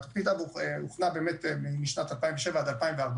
תוכנית האב הוכנה משנת 2007 עד 2014,